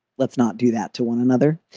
let's not do that to one another.